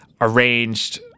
arranged